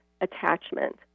attachment